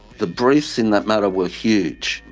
the briefs in that matter were huge.